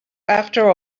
after